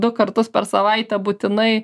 du kartus per savaitę būtinai